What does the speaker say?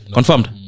Confirmed